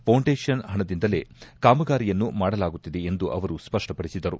foundation ಹಣದಿಂದಲೇ ಕಾಮಗಾರಿಯನ್ನು ಮಾಡಲಾಗುತ್ತಿದೆ ಎಂದು ಅವರು ಸ್ಪಷ್ಟಪಡಿಸಿದರು